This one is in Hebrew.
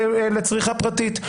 בקנאביס לצריכה פרטית.